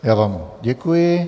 Já vám děkuji.